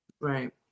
right